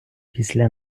після